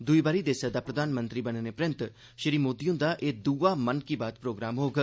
दुई बारी देसै दा प्रधानमंत्री बनने परैन्त श्री मोदी हंदा एह् दुआ मन की बात प्रोग्राम होग